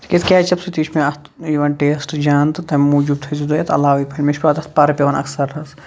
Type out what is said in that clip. تِکیازِ ketchup سۭتی چھُ مےٚ اَتھ یِوان ٹیسٹ جان تہٕ تَمہِ موٗجوٗب تھٲے زیو تُہۍ اَتھ علاوٕے پَہن مےٚ چھُ پَتہٕ اَتھ پَرٕ پیوان اَکثر حظ